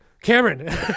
Cameron